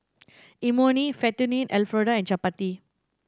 Imoni Fettuccine Alfredo and Chapati